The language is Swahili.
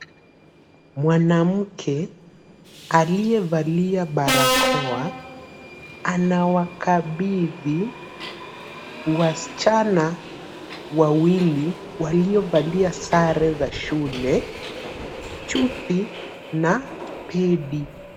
Mwanamke aliyevalia barakoa anawakabidhi wasichana wawili waliovalia sare za shule chupi na pedi.